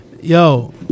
Yo